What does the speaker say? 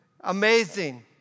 Amazing